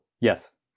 yes